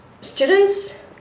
students